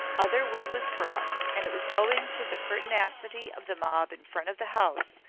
other wood was brought and it was owing to the pertinacity of the mob in front of the house,